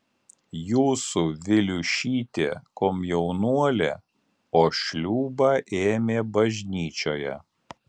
jūsų viliušytė komjaunuolė o šliūbą ėmė bažnyčioje